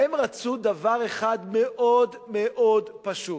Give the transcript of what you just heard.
הם רצו דבר אחד מאוד מאוד פשוט,